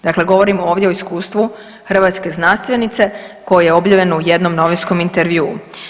Dakle, govorim ovdje o iskustvu hrvatske znanstvenice koji je objavljen u jednom novinskom intervjuu.